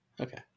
Okay